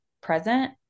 present